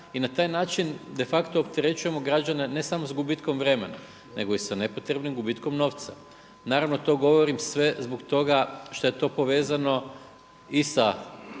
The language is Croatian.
i na taj način de facto opterećujemo građane ne samo s gubitkom vremena, nego i s nepotrebnim gubitkom novca. Naravno, to govorim sve zbog toga što je to povezano i sa